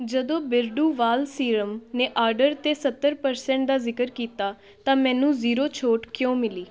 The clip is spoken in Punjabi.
ਜਦੋਂ ਬਿਰਡੂ ਵਾਲ ਸੀਰਮ ਨੇ ਆਡਰ 'ਤੇ ਸੱਤਰ ਪ੍ਰਸੈਂਟ ਦਾ ਜ਼ਿਕਰ ਕੀਤਾ ਤਾਂ ਮੈਨੂੰ ਜ਼ੀਰੋ ਛੋਟ ਕਿਉਂ ਮਿਲੀ